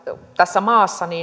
tässä maassa